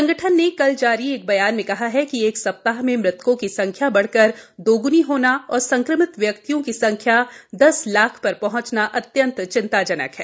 संगठन ने कल जारी एक ब्यान में कहा कि एक सप्ताह में मुतकों की संख्या बढ़कर द्गनी होना और संक्रमित व्यक्तियों की संख्या दस लाख पर पहुंचना अत्यंत चिंताजनक है